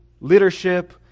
leadership